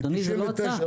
זאת לא ההצעה.